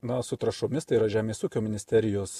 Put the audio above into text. na o su trąšomis tai yra žemės ūkio ministerijos